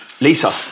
Lisa